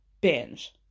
binge